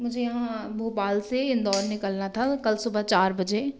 मुझे यहाँ भोपाल से इंदौर निकलना था कल सुबह चार बजे